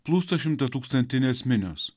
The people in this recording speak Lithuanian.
plūsta šimtatūkstantinės minios